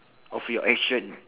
of your action